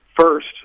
First